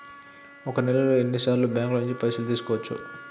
ఒక నెలలో ఎన్ని సార్లు బ్యాంకుల నుండి పైసలు తీసుకోవచ్చు?